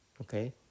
okay